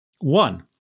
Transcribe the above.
One